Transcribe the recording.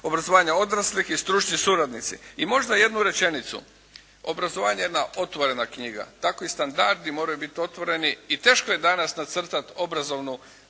obrazovanja odraslih i stručni suradnici. I možda jednu rečenicu. Obrazovanje je jedna otvorena knjiga tako i standardi moraju biti otvoreni i teško je danas nacrtati obrazovanu